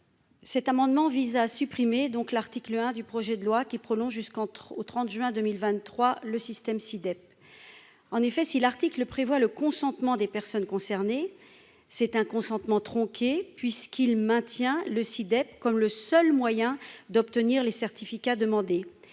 Cet amendement vise à supprimer l'article 1, qui prolonge jusqu'au 30 juin 2023 le système SI-DEP. Si l'article prévoit le consentement des personnes concernées, il s'agit d'un consentement tronqué, puisque le SI-DEP est maintenu comme le seul moyen d'obtenir les certificats demandés